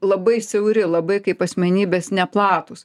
labai siauri labai kaip asmenybės neplatūs